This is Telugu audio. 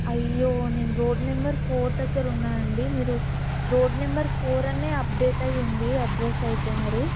అయ్యో నేను రోడ్ నెంబర్ ఫోర్ దగ్గర ఉన్నాను అండి మీరు రోడ్ నెంబర్ ఫోర్ అనే అప్డేట్ అయ్యి ఉంది అడ్రస్ అయితే మరి